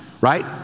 Right